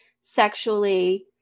sexually